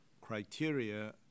criteria